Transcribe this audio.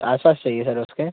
आस पास चाहिए सर उसके